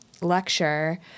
lecture